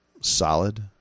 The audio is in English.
solid